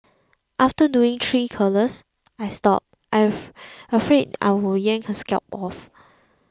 after doing three curlers I stopped afraid that I would yank her scalp off